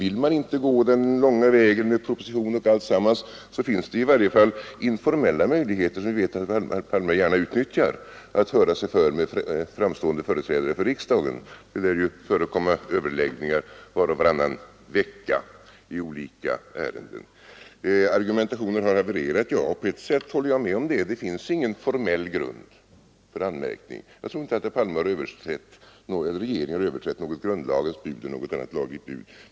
Vill man inte gå den långa vägen med proposition och alltsammans, så finns det i varje fall informella möjligheter som vi vet att herr Palme gärna utnyttjar — att höra sig för med framstående företrädare för riksdagen. Det lär ju förekomma överläggningar var och varannan vecka i olika ärenden. Argumentationen har havererat, säger statsministern. Ja, på ett sätt håller jag med om det. Det finns ingen formell grund för anmärkning. Jag tror inte att regeringen har överträtt något grundlagsbud eller något annat lagligt bud.